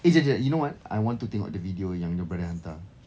eh jap jap you know what I want to tengok the video yang your brother hantar